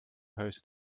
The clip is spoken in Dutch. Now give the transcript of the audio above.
huis